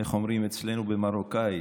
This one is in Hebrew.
איך אומרים אצלנו במרוקאית?